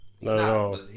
No